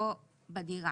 בדירה